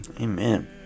Amen